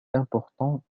important